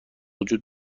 وجود